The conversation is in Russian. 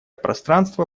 пространство